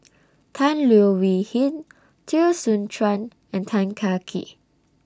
Tan Leo Wee Hin Teo Soon Chuan and Tan Kah Kee